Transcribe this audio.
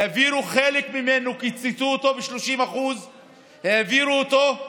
העבירו חלק ממנו, קיצצו אותו ב-30% העבירו אותו,